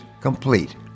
complete